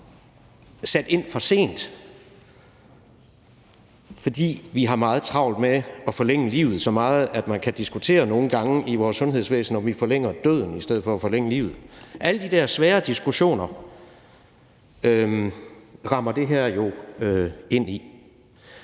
sat ind for sent, fordi vi har meget travlt med at forlænge livet så meget, at man nogle gange kan diskutere, om vi i vores sundhedsvæsen nogle gange forlænger døden i stedet for at forlænge livet. Alle de der svære diskussioner rammer det her jo ind i.